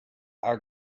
our